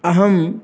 अहं